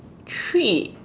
treat